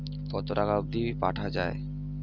কতো টাকা অবধি পাঠা য়ায়?